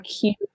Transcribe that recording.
cute